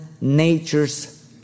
nature's